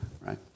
right